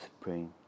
spring